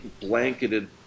blanketed